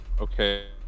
okay